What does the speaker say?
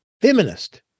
feminist